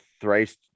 thrice